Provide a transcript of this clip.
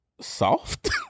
Soft